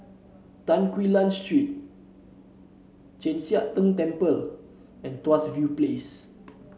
Tan Quee Lan Street Chek Sian Tng Temple and Tuas View Place